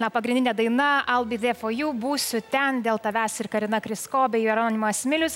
na pagrindinė daina iwill be there for you būsiu ten dėl tavęs ir karina krysko bei jeronimas milius